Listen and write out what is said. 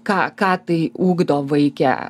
ką ką tai ugdo vaike